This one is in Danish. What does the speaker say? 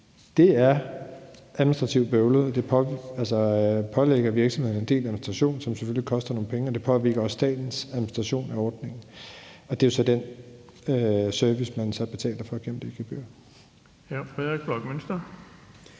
Det er administrativt bøvlet, og det pålægger virksomhederne en del administration, som selvfølgelig koster nogle penge, og det påvirker også statens administration af ordningen, og det er jo så den service, man betaler for gennem det gebyr.